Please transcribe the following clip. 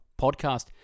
Podcast